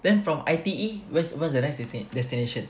then from I_T_E where's where's the next destination